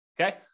Okay